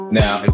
now